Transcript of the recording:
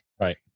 Right